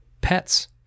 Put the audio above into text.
pets